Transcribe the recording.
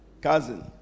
cousin